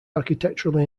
architecturally